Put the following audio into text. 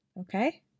Okay